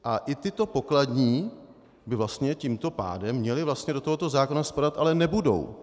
A i tyto pokladní by vlastně tímto pádem měly do tohoto zákona spadat, ale nebudou.